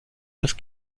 das